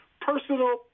personal